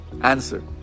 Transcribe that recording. Answer